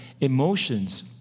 emotions